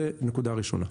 זו נקודה ראשונה.